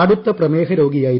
കടുത്ത ്പ്രമേഹ രോഗിയായിരുന്നു